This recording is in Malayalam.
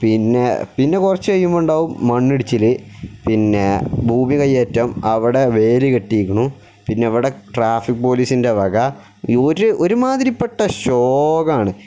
പിന്നെ പിന്നെ കുറച്ചു കഴിയുമ്പോൾ ഉണ്ടാവും മണ്ണിടിച്ചിൽ പിന്നെ ഭൂമി കയ്യേറ്റം അവിടെ വേലി കെട്ടിക്കണു പിന്നെ അവിടെ ട്രാഫിക് പോലീസിൻ്റെ വക ഒരു ഒരുമാതിരിപ്പെട്ട ശോകമാണ്